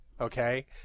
Okay